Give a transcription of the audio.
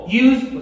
use